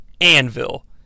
Anvil